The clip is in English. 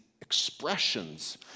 expressions